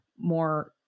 more